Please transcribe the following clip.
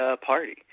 party